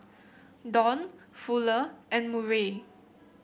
Don Fuller and Murray